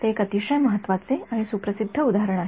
हे एक अतिशय महत्वाचे आणि सुप्रसिद्ध उदाहरण आहे